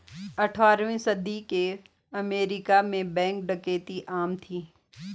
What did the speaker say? अठारहवीं सदी के अमेरिका में बैंक डकैती आम थी